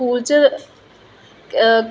तांहियै करियै